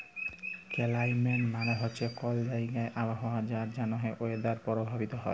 climate মালে হছে কল জাইগার আবহাওয়া যার জ্যনহে ওয়েদার পরভাবিত হ্যয়